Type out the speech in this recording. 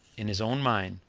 in his own mind,